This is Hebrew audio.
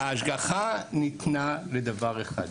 ההשגחה ניתנה לדבר אחד,